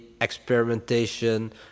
experimentation